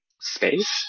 space